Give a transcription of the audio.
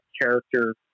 character